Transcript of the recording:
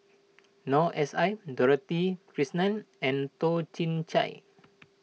Noor S I Dorothy Krishnan and Toh Chin Chye